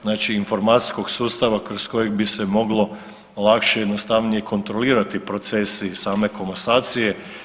Znači informacijskog sustava kroz kojeg bi se moglo lakše i jednostavnije kontrolirati procesi same komasacije.